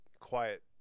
quiet